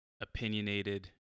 opinionated